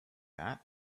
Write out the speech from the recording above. that